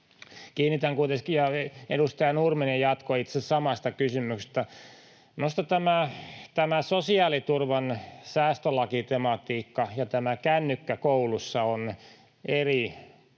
minuutissa vastaamaan. Edustaja Nurminen jatkoi itse asiassa samasta kysymyksestä. Minusta sosiaaliturvan säästölakitematiikka ja ”kännykkä koulussa” ovat eri